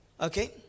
Okay